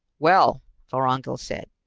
well, vorongil said,